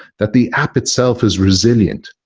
that the app itself is resilient.